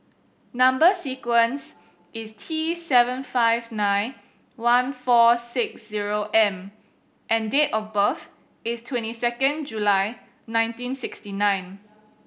number sequence is T seven five nine one four six zero M and date of birth is twenty second July nineteen sixty nine